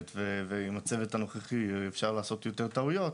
ועם הצוות הנוכחי אפשר לעשות יותר טעויות,